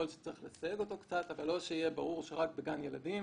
שלא יהיה ברור שרק בגן ילדים